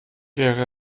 wäre